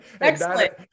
Excellent